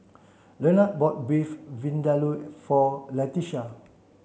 Lenard bought Beef Vindaloo for Latisha